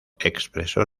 expresó